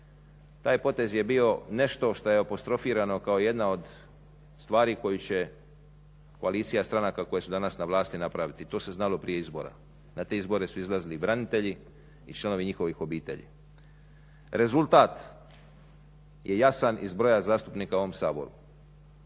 taj potez je bio nešto što je apostrofirano kao jedna od stvari koju će koalicija stranaka koje su danas na vlasti napraviti. I to se znalo prije izbora. Na te izbore su izlazili branitelji i članovi njihovih obitelji. Rezultat je jasan iz broja zastupnika u ovom Saboru.